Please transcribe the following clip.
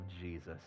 Jesus